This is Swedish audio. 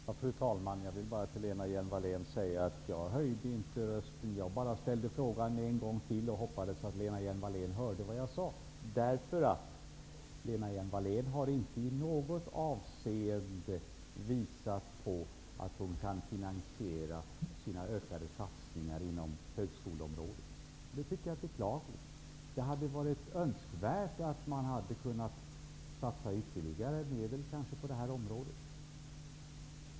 Fru talman! Jag höjde inte rösten, Lena Hjelm Wallén. Jag bara ställde frågan en gång till och hoppades att Lena Hjelm-Wallén hörde vad jag sade. Lena Hjelm-Wallén har inte i något avseende visat på att hon kan finansiera sina ökade satsningar inom högskoleområdet, och det tycker jag är beklagligt. Det hade varit önskvärt att man hade kunnat satsa ytterligare medel på det området.